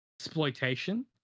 exploitation